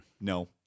No